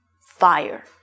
fire